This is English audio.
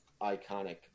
iconic